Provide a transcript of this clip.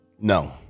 No